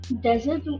desert